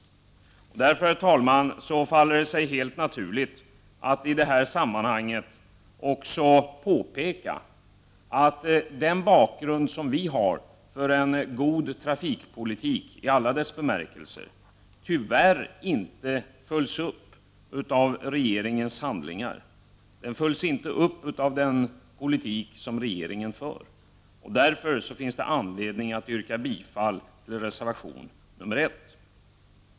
Därför, herr talman, faller det sig helt naturligt att i detta sammahang även påpeka att det när det gäller bakgrunden för en i alla bemärkelser god trafikpolitik tyvärr inte sker någon uppföljning i regeringens handlande. Den politik som regeringen för är inte sådan. Därför finns det anledning att yrka bifall till reservation nr 1.